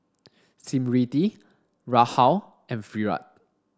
Smriti Rahul and Virat